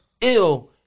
ill